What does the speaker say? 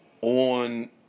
on